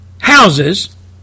houses